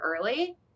early